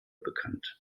bekannt